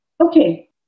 Okay